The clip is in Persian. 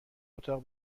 اتاق